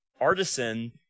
artisan